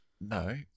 No